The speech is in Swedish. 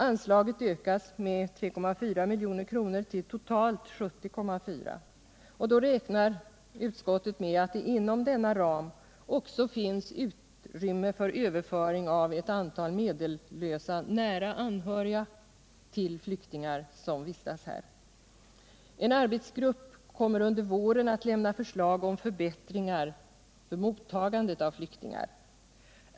Anslaget ökas med 3,4 milj.kr. till totalt 70,4 miljoner, och då räknar utskottet med att det inom denna ram också finns utrymme för överföring av ett antal medellösa nära anhöriga till flyktingar som vistas här. En arbetsgrupp kommer under våren att lämna förslag om förbättringar när det gäller mottagandet av flyktingar.